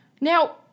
Now